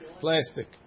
plastic